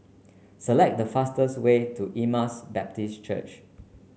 select the fastest way to Emmaus Baptist Church